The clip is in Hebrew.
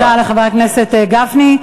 אני מודה לחבר הכנסת גפני.